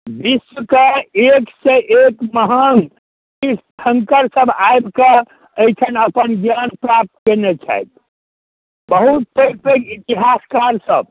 विश्वके एकसँ एक महान तीर्थंकरसब आबिकऽ एहिठाम अपन ज्ञान प्राप्त कएने छथि बहुत पैघ पैघ इतिहासकारसब